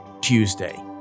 Tuesday